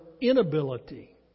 inability